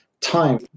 time